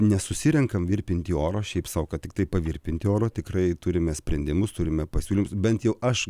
nesusirenkam virpinti oro šiaip sau kad tiktai pavirpinti oro tikrai turime sprendimus turime pasiūlymus bent jau aš